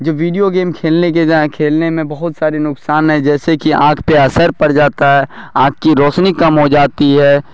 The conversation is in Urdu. جو ویڈیو گیمس کھیلنے کے کھیلنے میں بہت سارے نقصان ہیں جیسے کہ آنکھ پہ اثر پڑ جاتا ہے آنکھ کی روشنی کم ہو جاتی ہے